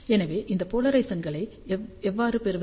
எனவே இந்த போலரைசேசன்களை எவ்வாறு பெறுவது